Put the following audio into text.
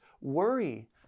worry